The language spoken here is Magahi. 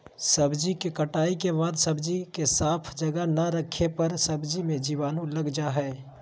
सब्जी के कटाई के बाद सब्जी के साफ जगह ना रखे पर सब्जी मे जीवाणु लग जा हय